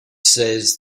says